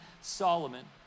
Solomon